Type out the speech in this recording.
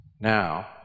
Now